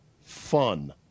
fun